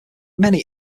many